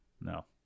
No